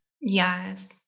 Yes